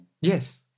Yes